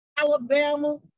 Alabama